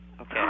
Okay